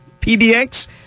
PDX